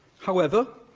however,